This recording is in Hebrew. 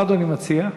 מה אדוני מציע?